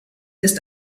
ist